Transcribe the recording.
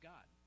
God